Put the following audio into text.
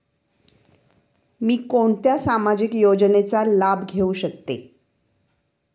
मी कोणत्या सामाजिक योजनेचा लाभ घेऊ शकते?